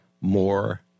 more